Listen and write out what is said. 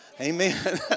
Amen